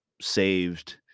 saved